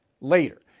later